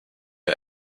are